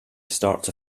starts